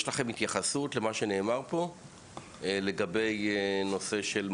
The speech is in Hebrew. יש לכם התייחסות למה שנאמר פה לגבי הנושא של מצעים?